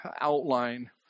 outline